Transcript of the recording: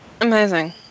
Amazing